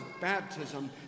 baptism